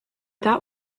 that